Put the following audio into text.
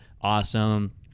awesome